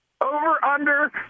over-under